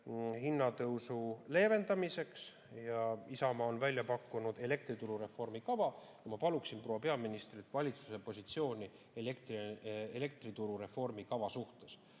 hinna tõusu leevendamiseks? Isamaa on välja pakkunud elektrituru reformi kava. Ma paluksin proua peaministrilt valitsuse positsiooni elektrituru reformi kava suhtes,